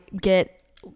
get